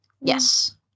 Yes